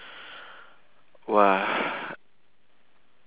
!wah!